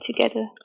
together